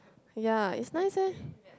ya it's nice eh